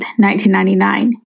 1999